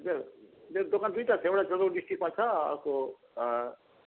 हजुर मेरो दोकान दुइवटा छ एउटा जलपाइगुडी डिस्ट्रिक्टमा छ अर्को